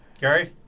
Gary